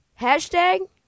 Hashtag